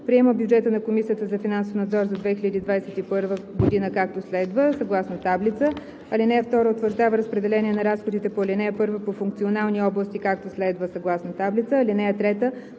Приема бюджета на Комисията за финансов надзор за 2021 г., както следва:, съгласно таблица. (2) Утвърждава разпределение на разходите по ал. 1 по функционални области, както следва:, съгласно таблица. (3)